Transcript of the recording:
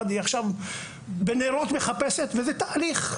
ועכשיו היא מחפשת בנרות וזה אומר תהליך,